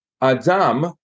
Adam